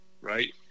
right